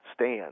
stand